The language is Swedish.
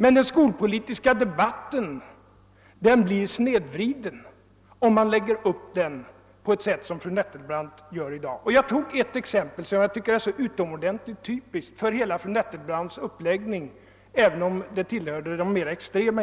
Men den skolpolitiska debatten blir snedvriden, om man lägger upp den på det sätt som fru Nettelbrandt gör i dag. Jag tog ett exempel därför att jag tyckte att det var så typiskt för hela fru Nettelbrandts uppläggning, även om det tillhörde de mera extrema.